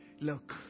look